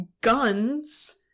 Guns